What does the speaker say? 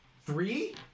Three